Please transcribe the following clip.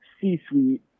C-suite